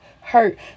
hurt